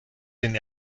den